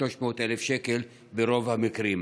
ול-300,000 שקל ברוב המקרים.